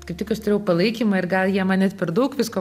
kaip tik aš turėjau palaikymą ir gal jie man net per daug visko